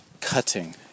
cutting